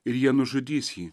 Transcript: ir jie nužudys jį